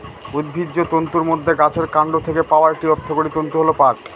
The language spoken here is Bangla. উদ্ভিজ্জ তন্তুর মধ্যে গাছের কান্ড থেকে পাওয়া একটি অর্থকরী তন্তু হল পাট